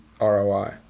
ROI